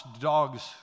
dogs